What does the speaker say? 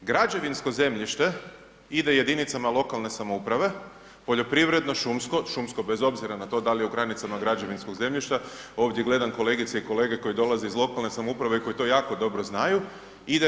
Građevinsko zemljište ide jedinicama lokalne samouprave, poljoprivredno-šumsko, šumsko, bez obzira na to da li je u granicama građevinskog zemljišta, ovdje gledam kolegice i kolege koji dolaze iz lokalne samouprave i koji to jako dobro znaju, ide RH.